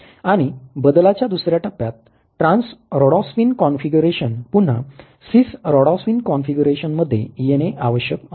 आणि बदलाच्या दुसऱ्या टप्प्यात ट्रान्स ऱ्होडॉप्सीन कॉन्फिगरेशन पुन्हा सिस ऱ्होडॉप्सीन कॉन्फिगरेशन मध्ये येणे आवश्यक असते